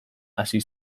hasi